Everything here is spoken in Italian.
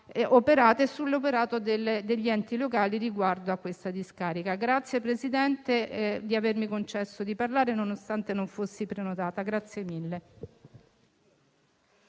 operato e sull'operato degli enti locali riguardo a questa discarica. La ringrazio, Presidente, di avermi concesso di parlare nonostante non fossi iscritta. **Atti e